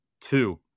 two